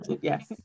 Yes